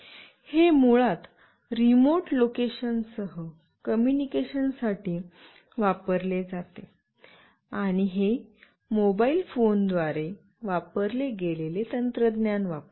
हे मुळात रिमोट लोकेशनसह कॉम्यूनिकेशनसाठी वापरले जाते आणि हे मोबाइल फोनद्वारे वापरले गेलेले तंत्रज्ञान वापरते